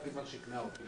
שכנעה אותי,